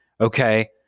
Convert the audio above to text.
Okay